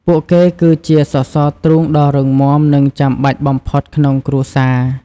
ពួកគេគឺជាសសរទ្រូងដ៏រឹងមាំ និងចាំបាច់បំផុតក្នុងគ្រួសារ។